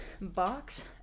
box